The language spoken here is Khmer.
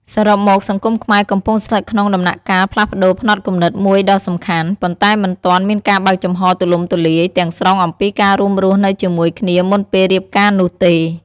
សរុបមក សង្គមខ្មែរកំពុងស្ថិតក្នុងដំណាក់កាលផ្លាស់ប្តូរផ្នត់គំនិតមួយដ៏សំខាន់ ប៉ុន្តែមិនទាន់មានការបើកចំហរទូលំទូលាយទាំងស្រុងអំពីការរួមរស់នៅជាមួយគ្នាមុនពេលរៀបការនោះទេ។